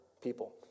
people